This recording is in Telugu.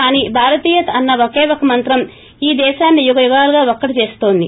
కానీ భారతీయత అన్న ఒకే ఒక మంత్రం ఈ దేశాన్ని యుగయుగాలుగా ఒక్కటి చేస్తోంది